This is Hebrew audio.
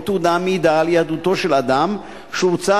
או תעודה המעידה על יהדותו של אדם שהוצאה